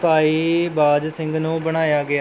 ਭਾਈ ਬਾਜ ਸਿੰਘ ਨੂੰ ਬਣਾਇਆ ਗਿਆ